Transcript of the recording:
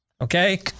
okay